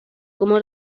cómo